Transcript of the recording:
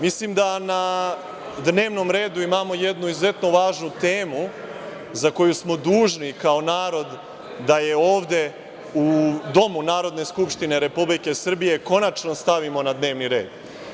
Mislim da na dnevnom redu imamo jednu izuzetno važnu temu za koju smo dužni kao narod da je ovde, u Domu Narodne skupštine Republike Srbije, konačno stavimo na dnevni red.